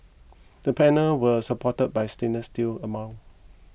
the panel were supported by a stainless steel amount